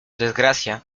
desgracia